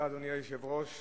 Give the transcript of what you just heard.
אדוני היושב-ראש,